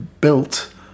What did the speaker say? built